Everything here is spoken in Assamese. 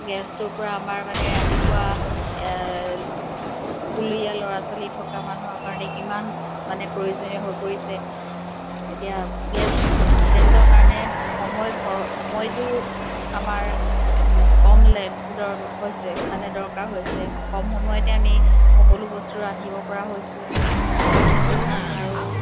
গেছটোৰ পৰা আমাৰ মানে ৰাতিপুৱা স্কুলীয়া ল'ৰা ছোৱালী থকা মানুহৰ কাৰণে কিমান মানে প্ৰয়োজনীয় হৈ পৰিছে এতিয়া গেছ গেছৰ কাৰণে সময় খৰ সময়টো আমাৰ কম লে হৈছে মানে দৰকাৰ হৈছে কম সময়তে আমি সকলো বস্তু ৰান্ধিব পৰা হৈছোঁ আৰু